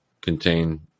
contain